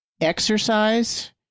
exercise